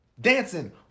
dancing